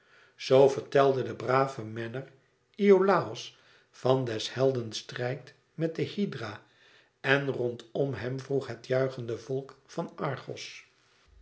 zoo vertelde de brave menner iolàos van des helden strijd met de hydra en rondom hem vroeg het juichende volk van argos